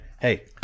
hey